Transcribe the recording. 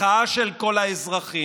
מחאה של כל האזרחים,